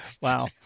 Wow